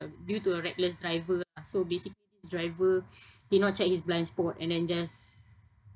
um due to a reckless driver ah so basically this driver did not check his blind spot and then just